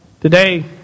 Today